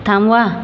थांबवा